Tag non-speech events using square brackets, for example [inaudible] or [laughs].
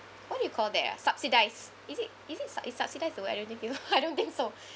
what do you call that ah subsidize is it is it sub~ is subsidize the word I don't think you [laughs] I don't think so [laughs]